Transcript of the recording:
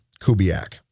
Kubiak